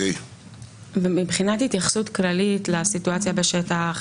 מבחינת התייחסות כללית לסיטואציה בשטח,